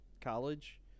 college